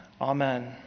Amen